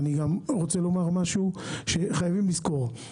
חייבים לזכור,